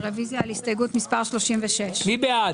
רוויזיה על הסתייגות מס' 3. מי בעד,